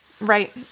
Right